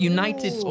United